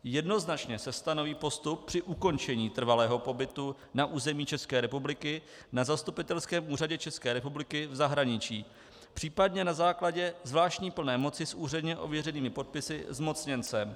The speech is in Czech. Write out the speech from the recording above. Jednoznačně se stanoví postup při ukončení trvalého pobytu na území České republiky, na zastupitelském úřadě České republiky v zahraničí, případně na základě zvláštní plné moci s úředně ověřenými podpisy zmocněncem.